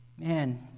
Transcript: Man